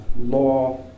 law